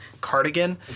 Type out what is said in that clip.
cardigan